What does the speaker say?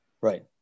right